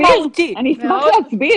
אני אשמח להסביר.